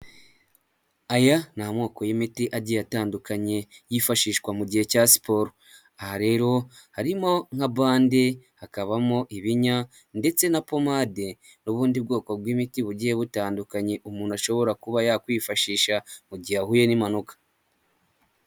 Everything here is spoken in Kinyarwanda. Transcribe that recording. Aya ni amoko y'imiti agiye atandukanye yifashishwa mu gihe cya siporo. Aha rero, harimo nka bande, hakabamo ibinya ndetse na pomade, n'ubundi bwoko bw'imiti bugiye butandukanye umuntu ashobora kuba yakwifashisha mu gihe ahuye n'impanuka.